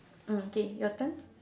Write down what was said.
mm okay your turn